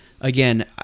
again